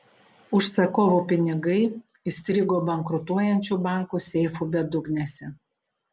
užsakovų pinigai įstrigo bankrutuojančių bankų seifų bedugnėse